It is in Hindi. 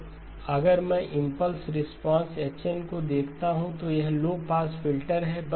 तो अगर मैं इंपल्स रिस्पांस h n को देखूंगा तो यह लो पास फिल्टर है